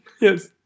Yes